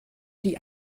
die